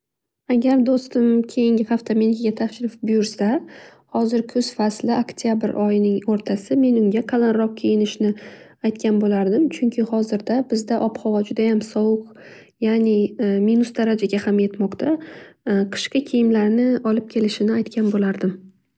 Agar do'stim keyingi hafta menikiga tashrif buyursa. Hozir kuz fasli oktabr oyining o'rtasi men unga qalinroq kiyinishni aytgan bo'lardim. Chunki hozirda bizda ob xavo judayam soviq ya'ni minus darajaga ham yetmoqda. Qishgi kiyimlarni olib kelishini aytgan bo'lardim.